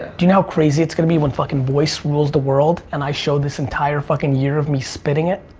do you know how crazy it's gonna be when fuckin' voice rules the world and i show this entire fuckin' year of me spitting it?